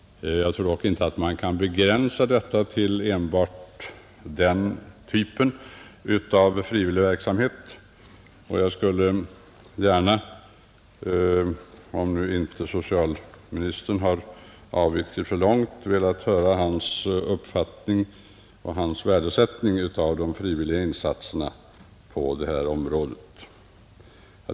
Jag tror dock inte att man kan begränsa stödet till enbart den typen av frivillig verksamhet, och jag skulle gärna, om nu inte socialministern har avvikit för långt härifrån, ha velat höra hans värdesättning av de frivilliga insatserna på det här området.